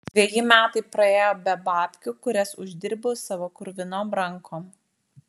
dveji metai praėjo be babkių kurias uždirbau savo kruvinom rankom